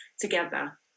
together